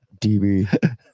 DB